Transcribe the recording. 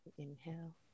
Inhale